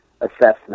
assessment